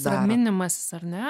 raminimasis ar ne